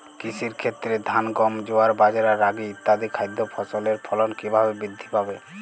কৃষির ক্ষেত্রে ধান গম জোয়ার বাজরা রাগি ইত্যাদি খাদ্য ফসলের ফলন কীভাবে বৃদ্ধি পাবে?